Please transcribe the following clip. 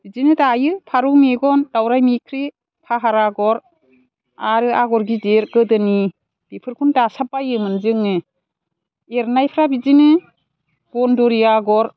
बिदिनो दायो फारौ मेगन दावराय मोख्रेब फाहार आगर आरो आगर गिदिर गोदोनि बेफोरखौनो दासाबबायोमोन जोङो एरनायफ्रा बिदिनो गन्दुरि आगर